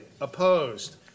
Opposed